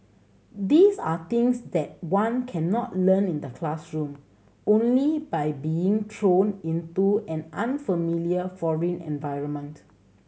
these are things that one cannot learn in the classroom only by being thrown into an unfamiliar foreign environment